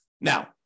Now